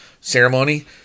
ceremony